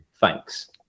thanks